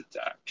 attack